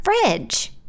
fridge